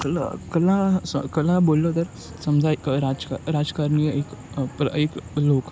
कला कला स कला बोललो तर समजा एक राजका राजकारणी एक प्र एक लोक